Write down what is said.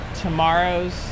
tomorrow's